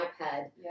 iPad